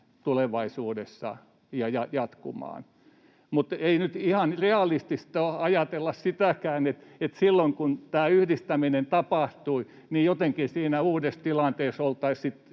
tulevaisuudessa jatkumaan. Ei nyt ihan realistista ole ajatella sitäkään, että silloin kun tämä yhdistäminen tapahtui, niin jotenkin siinä uudessa tilanteessa oltaisiin